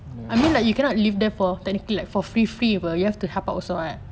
ya